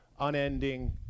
unending